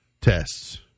tests